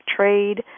trade